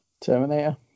Terminator